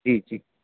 जी जी